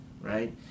right